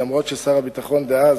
למרות ששר הביטחון דאז,